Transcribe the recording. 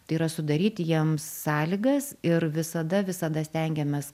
tai yra sudaryti jiem sąlygas ir visada visada stengiamės